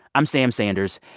i'm sam sanders.